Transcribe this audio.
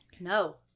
No